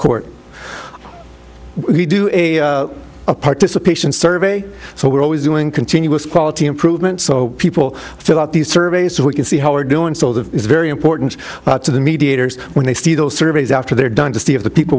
court a participation survey so we're always doing continuous quality improvement so people fill out these surveys so we can see how we are doing so that is very important to the mediators when they see those surveys after they're done to see if the people